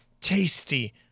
tasty